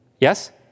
Yes